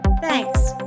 Thanks